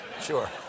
Sure